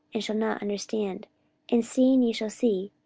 and shall not understand and seeing ye shall see,